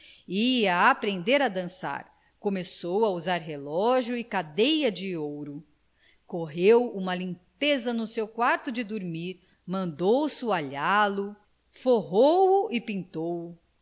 ia aprender a dançar começou a usar relógio e cadeia de ouro correu uma limpeza no seu quarto de dormir mandou soalhá lo forrou o e pintou o